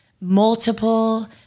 multiple